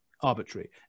arbitrary